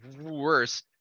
worse